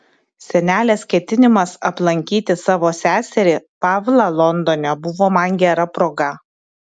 senelės ketinimas aplankyti savo seserį pavlą londone buvo man gera proga